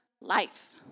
life